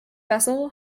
vessel